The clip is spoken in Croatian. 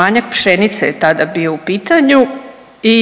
Manjak pšenice je tada bio u pitanju i